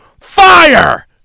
FIRE